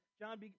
John